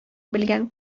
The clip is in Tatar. белгән